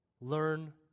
Learn